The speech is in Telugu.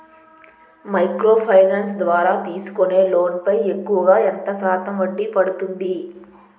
మైక్రో ఫైనాన్స్ ద్వారా తీసుకునే లోన్ పై ఎక్కువుగా ఎంత శాతం వడ్డీ పడుతుంది?